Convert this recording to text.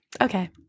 okay